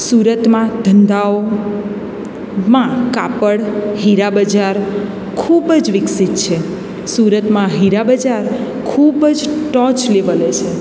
સુરતમાં ધંધાઓમાં કાપડ હીરા બજાર ખૂબ જ વિકસિત છે સુરતમાં હીરા બજાર ખૂબ જ ટોચ લેવલે છે